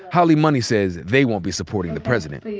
holly money says they won't be supporting the president. h.